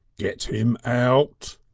get him out,